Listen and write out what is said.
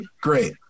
Great